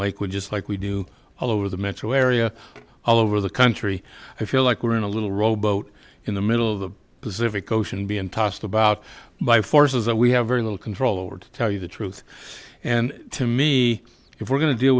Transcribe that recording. lakewood just like we do all over the metro area all over the country i feel like we're in a little rowboat in the middle of the pacific ocean being tossed about by forces that we have very little control over to tell you the truth and to me if we're going to deal